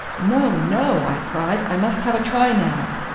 no, no, i cried. i must have a try now.